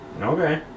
Okay